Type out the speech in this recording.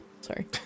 Sorry